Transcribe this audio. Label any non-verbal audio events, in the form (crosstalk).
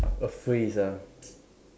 a phrase ah (noise)